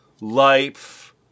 life